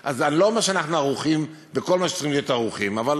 אני לא אומר שאנחנו ערוכים לכל מה שאנחנו צריכים להיות ערוכים לו,